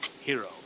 hero